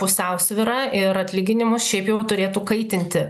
pusiausvyra ir atlyginimus šiaip jau turėtų kaitinti